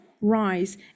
rise